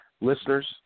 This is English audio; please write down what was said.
listeners